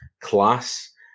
class